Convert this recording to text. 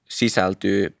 sisältyy